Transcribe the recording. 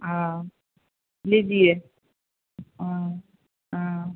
हाँ लीजिए हाँ